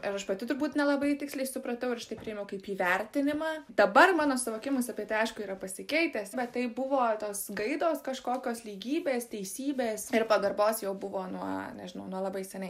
ir aš pati turbūt nelabai tiksliai supratau ir aš tai priėmiau kaip įvertinimą dabar mano suvokimas apie tai aišku yra pasikeitęs bet tai buvo tos gaidos kažkokios lygybės teisybės ir pagarbos jau buvo nuo nežinau nuo labai seniai